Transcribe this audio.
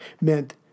meant